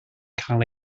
cael